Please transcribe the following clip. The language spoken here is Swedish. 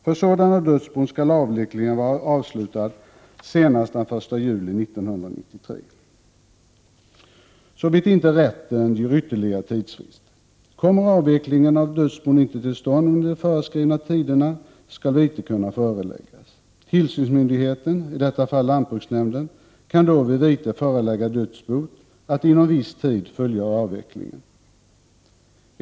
För sådana dödsbon skall avvecklingen vara avslutad senast den 1 juli 1993, såvitt inte rätten ger ytterligare tidsfrist. Kommer avvecklingen av dödsbon inte till stånd inom de föreskrivna tiderna, skall vite kunna föreläggas. Tillsynsmyndigheten, i detta fall lantbruksnämnden, kan då vid vite förelägga dödsboet att inom viss tid fullgöra avvecklingen.